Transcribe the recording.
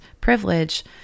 privilege